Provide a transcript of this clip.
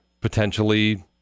potentially